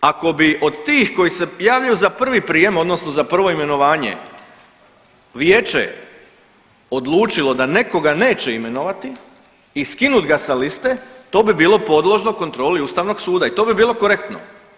Ako bi od tih koji se javljaju za prvi prijem odnosno za prvo imenovanje vijeće odlučilo da nekoga neće imenovati i skinut ga sa liste to bi bilo podložno kontroli ustavnog suda i to bi bilo korektno.